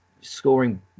scoring